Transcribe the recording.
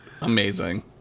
Amazing